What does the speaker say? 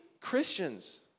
Christians